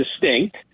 distinct